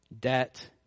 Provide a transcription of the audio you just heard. debt